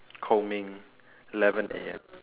combing eleven A_M